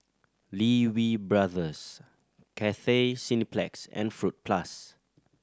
Lee Wee Brothers Cathay Cineplex and Fruit Plus